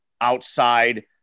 outside